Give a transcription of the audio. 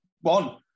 One